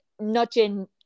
nudging